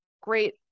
Great